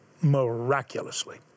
miraculously